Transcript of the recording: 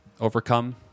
overcome